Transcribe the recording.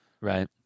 Right